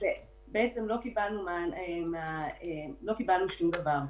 בעצם לא קיבלנו שום דבר.